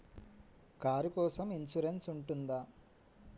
Car కోసం insurance ఉంటుందా?